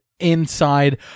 inside